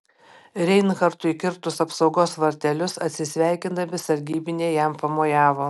reinhartui kirtus apsaugos vartelius atsisveikindami sargybiniai jam pamojavo